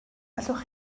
allwch